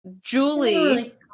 Julie